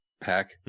pack